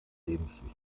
lebenswichtig